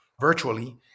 virtually